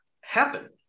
happen